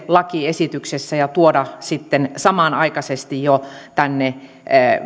lakiesityksessä ja tuoda sitten samanaikaisesti jo tänne